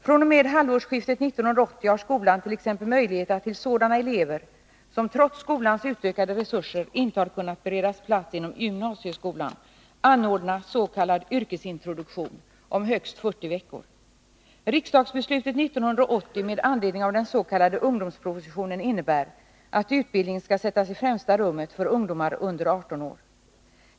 fr.o.m. halvårsskiftet 1980 har skolan t.ex. möjlighet att till sådana elever som trots skolans utökade resurser inte har kunnat beredas plats inom gymnasieskolan, anordna s.k. yrkesintroduktion om högst 40 veckor. Riksdagsbeslutet 1980 med anledning av den s.k. ungdomspropositionen innebär att utbildning skall sättas i främsta rummet för ungdomar under 18 år.